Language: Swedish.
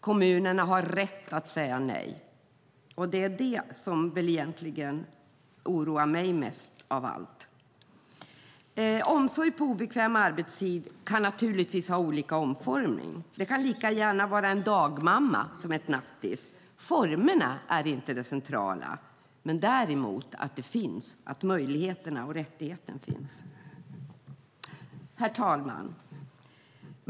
Kommunerna har rätt att säga nej, och det är det som egentligen oroar mig mest av allt. Omsorg på obekväm arbetstid kan naturligtvis ha olika utformning. Det kan lika gärna vara en dagmamma som ett nattis. Formerna är inte det centrala men däremot att möjligheterna och rättigheten finns. Herr talman!